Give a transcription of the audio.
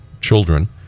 children